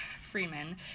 Freeman